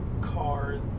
car